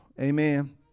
Amen